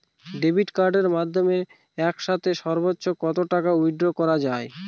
Debit কার্ডের মাধ্যমে একসাথে সর্ব্বোচ্চ কত টাকা উইথড্র করা য়ায়?